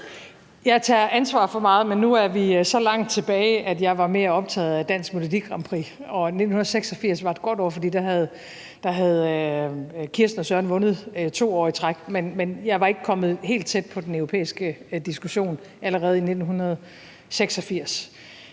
Jeg tager ansvar for meget, men nu er vi så langt tilbage, at jeg var mere optaget af Dansk Melodi Grand Prix, og 1986 var et godt år, for da havde Kirsten og Søren vundet 2 år i træk; jeg var ikke kommet helt tæt på den europæiske diskussion allerede i 1986.